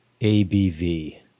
ABV